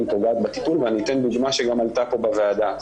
פוגעת בתיקון ואני אתן דוגמה שגם עלתה פה בוועדה.